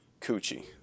coochie